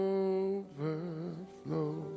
overflow